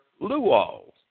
luo